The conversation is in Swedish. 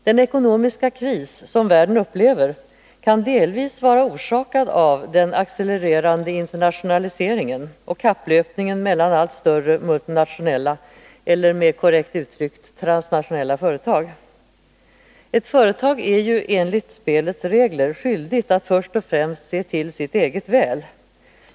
Den ekonomiska kris som världen upplever kan delvis vara orsakad av den accelererande internationaliseringen och kapplöpningen mellan allt större multinationella eller, mer korrekt uttryckt, transnationella företag. Ett företag är ju enligt spelets regler skyldigt att först och främst se till sitt eget väl.